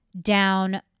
down